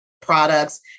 products